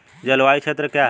जलवायु क्षेत्र क्या है?